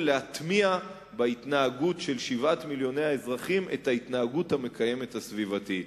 להטמיע בהתנהגות של 7 מיליוני האזרחים את ההתנהגות המקיימת הסביבתית.